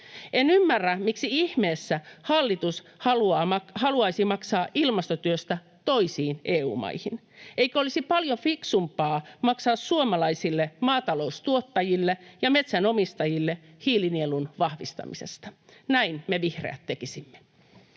En ymmärrä, miksi ihmeessä hallitus haluaisi maksaa ilmastotyöstä toisiin EU-maihin. Eikö olisi paljon fiksumpaa maksaa suomalaisille maataloustuottajille ja metsänomistajille hiilinielun vahvistamisesta? Näin me vihreät tekisimme.